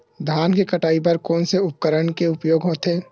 धान के कटाई बर कोन से उपकरण के उपयोग होथे?